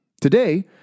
Today